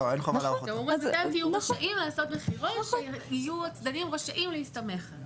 אתם תהיו רשאים לעשות מחירון שיהיו הצדדים רשאים להסתמך עליו.